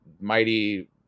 mighty